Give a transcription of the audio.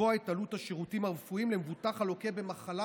לקבוע את עלות השירותים הרפואיים למבוטח הלוקה במחלה,